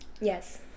Yes